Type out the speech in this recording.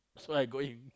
so I going